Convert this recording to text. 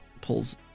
Pulls